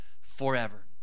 forever